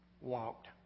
walked